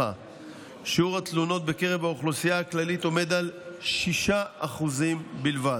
שיעור התלונות בקרב האוכלוסייה הכללית עומד על 6% בלבד.